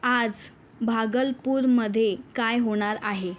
आज भागलपूरमध्ये काय होणार आहे